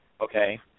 okay